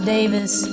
Davis